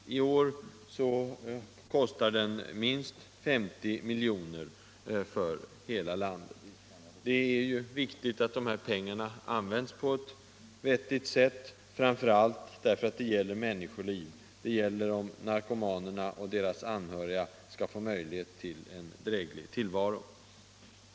I år kostar den minst 50 milj.kr. för hela landet. Det är viktigt att de pengarna används på ett vettigt sätt, framför allt därför att det gäller människoliv — det gäller om narkomanerna och deras anhöriga skall få möjlighet till en dräglig tillvaro.